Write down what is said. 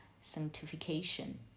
sanctification